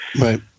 right